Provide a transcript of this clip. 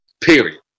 Period